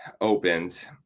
opens